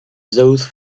those